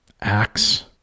Axe